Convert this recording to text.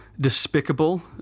despicable